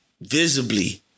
visibly